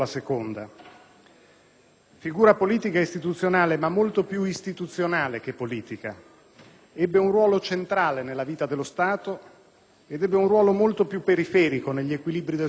Figura politica e istituzionale, ma molto più istituzionale che politica, ebbe un ruolo centrale nella vita dello Stato e un ruolo molto più periferico negli equilibri del suo partito.